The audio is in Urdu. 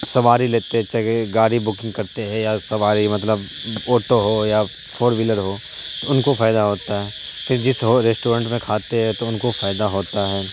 سواری لیتے چگے گاڑی بکنگ کرتے ہے یا سواری مطلب آٹو ہو یا فور ویلر ہو تو ان کو فائدہ ہوتا ہے پھر جس ہو ریسٹورینٹ میں کھاتے ہے تو ان کو فائدہ ہوتا ہے